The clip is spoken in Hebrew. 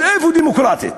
אז איפה דמוקרטית?